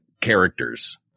characters